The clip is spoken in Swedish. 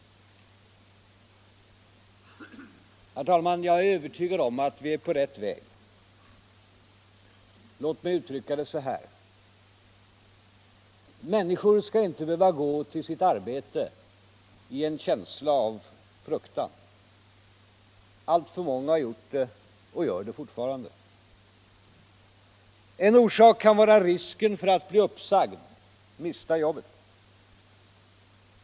Herr talman! Jag är övertygad om att vi är på rätt väg. Låt mig uttrycka det så här. Människor skall inte behöva gå till sitt arbete i en känsla av fruktan. Alltför många har gjort det och gör det fortfarande. En orsak kan vara risken för att bli uppsagd, mista jobbet.